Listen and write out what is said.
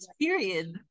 period